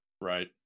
right